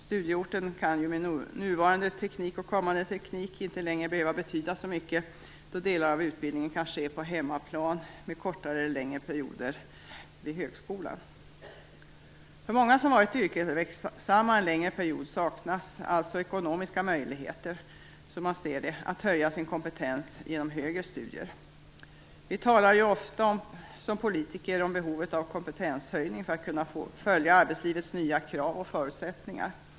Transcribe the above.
Studieorten behöver ju med nuvarande och kommande teknik inte längre betyda så mycket, då delar av utbildningen kan ske på hemmaplan med kortare eller längre perioder vid högskolan. För många som varit yrkesverksamma en längre period saknas alltså ekonomiska möjligheter, som man ser det, att höja sin kompetens genom högre studier. Vi talar ju ofta som politiker om behovet av kompetenshöjning för att kunna följa arbetslivets nya krav och förutsättningar.